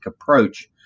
approach